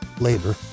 later